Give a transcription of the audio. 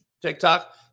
TikTok